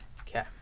okay